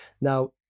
Now